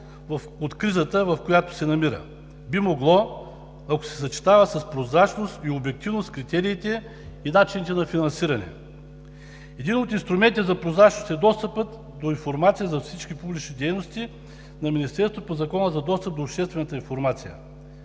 от кризата, в която се намира – би могло, ако се съчетава с прозрачност и обективност в критериите и начините на финансиране. Един от инструментите за прозрачност е достъпът до информация за всички публични дейности на Министерството по Закона за достъп до обществената информация.